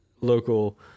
local